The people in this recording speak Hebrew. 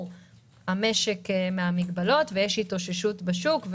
המשק מן המגבלות ויש התאוששות בשוק,